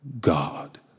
God